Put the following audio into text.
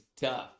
tough